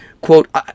Quote